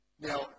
Now